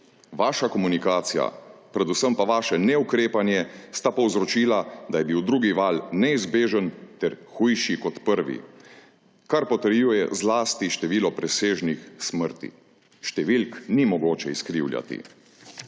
Vaša komunikacija predvsem pa vaše neukrepanje sta povzročila, da je bil drugi val neizbežen ter hujši kot prvi, kar potrjuje zlasti število presežnih smrti. Številk ni mogoče izkrivljati.